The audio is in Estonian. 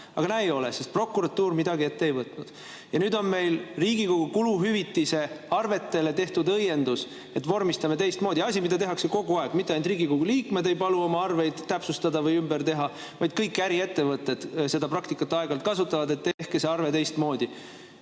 tema ei ole, sest prokuratuur midagi ette ei võtnud. Nüüd on meil Riigikogu kuluhüvitise arvetele kirjutatud õiendus, et vormistame teistmoodi. See on asi, mida tehakse kogu aeg. Mitte ainult Riigikogu liikmed ei palu oma arveid täpsustada või ümber teha, vaid kõik äriettevõtted seda praktikat aeg-ajalt kasutavad – paluvad, et arve tehtaks